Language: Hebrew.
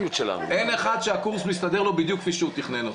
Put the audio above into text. אין אחד שהקורס מסתדר לו בדיוק כפי שהוא תכנן אותו.